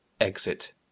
exit